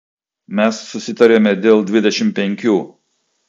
mes susitarėme dėl dvidešimt penkių